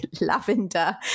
lavender